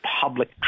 public